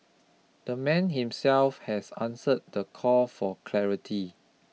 the man himself has answered the call for clarity